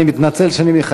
אני מתנצל על כך שאני מחייך,